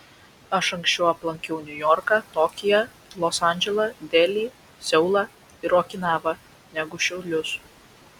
aš anksčiau aplankiau niujorką tokiją los andželą delį seulą ir okinavą negu šiaulius